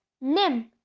nim